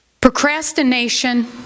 Procrastination